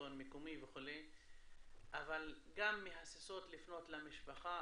השלטון המקומי וכו', אבל גם מהססות לפנות למשפחה.